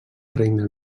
regne